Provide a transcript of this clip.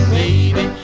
baby